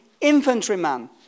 infantryman